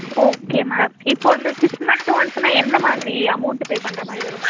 okay madam இப்போ இந்த six month ஒன்ஸ்னாக எந்த மாதிரி அமௌண்ட் பே பண்ணுற மாதிரி வரும்